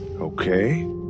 Okay